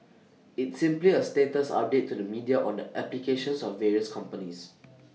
it's simply A status update to the media on the applications of various companies